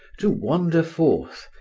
to wander forth,